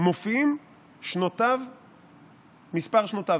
מופיע מספר שנותיו.